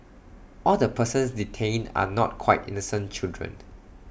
all the persons detained are not quite innocent children